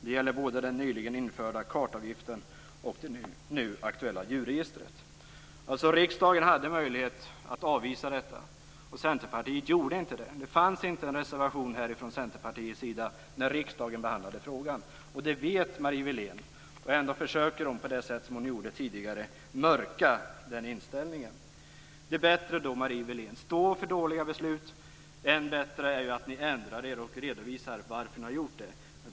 Det gäller både den nyligen införda kartavgiften och det nu aktuella djurregistret. Riksdagen hade alltså möjlighet att avvisa regeringens förslag. Centerpartiet gjorde inte det. Det fanns ingen reservation från Centerpartiets sida när riksdagen behandlade frågan. Det vet Marie Willén. Ändå försöker hon på det sätt som hon gjorde tidigare mörka den inställningen. Det är bättre att stå för dåliga beslut, Marie Willén. Än bättre är att ni ändrar er och redovisar varför ni har gjort det.